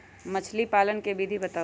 मछली पालन के विधि बताऊँ?